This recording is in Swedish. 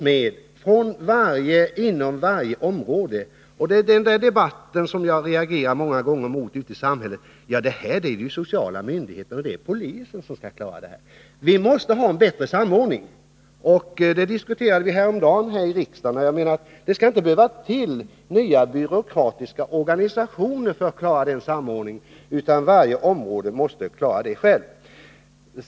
Jag reagerar kraftigt mot den inställning som man många gånger möter ute i samhället, att det är de sociala myndigheterna och polisen som skall klara av det här problemet. Vi måste ha en bättre samordning. Det diskuterade vi häromdagen här i riksdagen. Det skall inte behöva tillkomma nya byråkratiska organisationer för att klara den samordningen, utan varje område måste medverka till det.